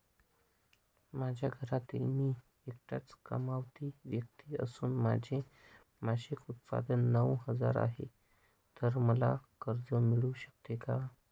माझ्या घरातील मी एकटाच कमावती व्यक्ती असून माझे मासिक उत्त्पन्न नऊ हजार आहे, तर मला कर्ज मिळू शकते का?